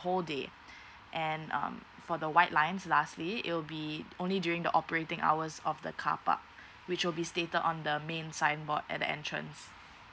whole day and um for the white lines lastly it will be only during the operating hours of the car park which will be stated on the main signboard at the entrance